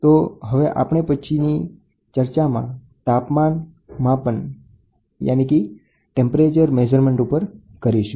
તો આપણી હવે પછીની ચર્ચા તાપમાન માપન ઉપર થશે